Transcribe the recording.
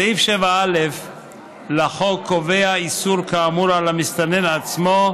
סעיף 7א לחוק קובע איסור כאמור על המסתנן עצמו,